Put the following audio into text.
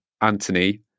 Anthony